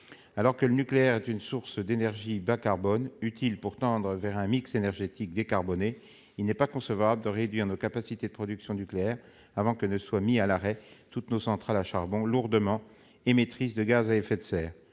Alors que le nucléaire est une source d'énergie bas-carbone utile pour tendre vers un mix énergétique décarboné, il n'est pas concevable de réduire nos capacités de production nucléaire avant que ne soient mises à l'arrêt toutes nos centrales à charbon, lourdement émettrices de gaz à effet de serre.